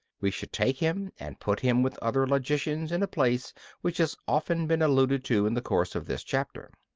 we should take him and put him with other logicians in a place which has often been alluded to in the course of this chapter.